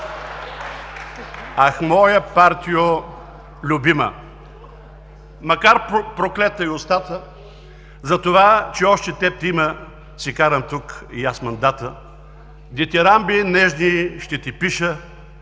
„Ах моя Партийо, любима! Макар проклета й устата, затова, че още теб те има, си карам тук и аз мандата. Дитирамби нежни ще ти пиша,